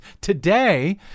today